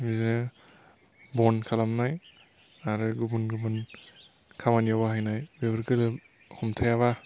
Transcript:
बिदिनो बन खालामनाय आरो गुबुन गुबुन खामानियाव बाहायनाय बेफोरखो जों हमथायाबा